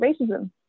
racism